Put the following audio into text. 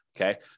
okay